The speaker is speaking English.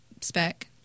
spec